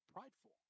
prideful